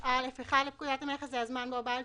אדוני,